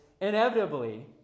inevitably